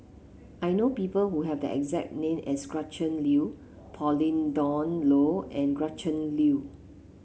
I know people who have the exact name as Gretchen Liu Pauline Dawn Loh and Gretchen Liu